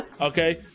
Okay